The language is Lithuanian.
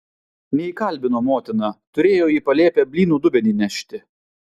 neįkalbino motina turėjo į palėpę blynų dubenį nešti